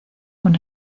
con